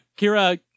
Kira